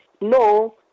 no